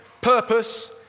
purpose